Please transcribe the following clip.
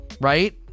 Right